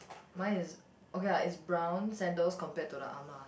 mine is okay lah it's brown sandals compared to the Ah Ma